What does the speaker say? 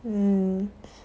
mm